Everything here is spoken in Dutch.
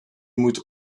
moet